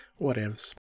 whatevs